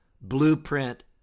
Blueprint